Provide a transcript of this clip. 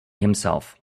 himself